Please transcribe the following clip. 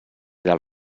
del